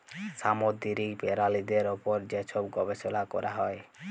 সামুদ্দিরিক পেরালিদের উপর যে ছব গবেষলা ক্যরা হ্যয়